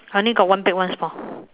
I only got one big one small